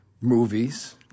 movies